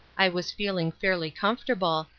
i was feeling fairly comfortable,